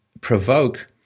provoke